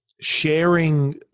sharing